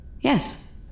Yes